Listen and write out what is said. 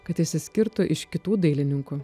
kad išsiskirtų iš kitų dailininkų